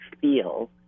feel